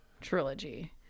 trilogy